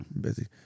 busy